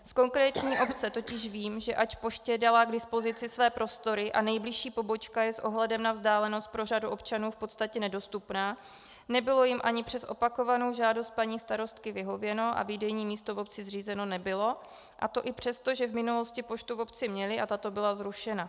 Z konkrétní obce totiž vím, že ač poště dala k dispozici své prostory a nejbližší pobočka je s ohledem na vzdálenost pro řadu občanů v podstatě nedostupná, nebylo jim ani přes opakovanou žádost paní starostky vyhověno a výdejní místo v obci zřízeno nebylo, a to i přesto, že v minulosti poštu v obci měli a tato byla zrušena.